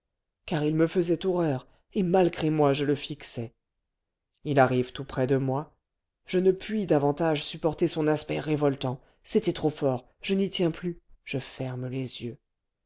car il me faisait horreur et malgré moi je le fixais il arrive tout près de moi je ne puis davantage supporter son aspect révoltant c'était trop fort je n'y tiens plus je ferme les yeux